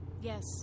Yes